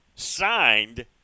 signed